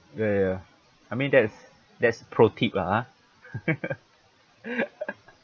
ya ya I mean that is that's pro tip lah ah